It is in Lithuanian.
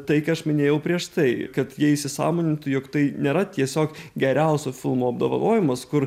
tai ką aš minėjau prieš tai kad jie įsisąmonintų jog tai nėra tiesiog geriausio filmo apdovanojimas kur